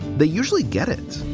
they usually get it.